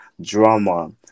drama